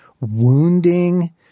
wounding